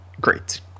great